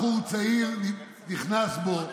הוא נפגע מקורקינט חשמלי, בחור צעיר נכנס בו.